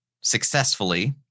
successfully